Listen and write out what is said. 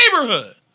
neighborhood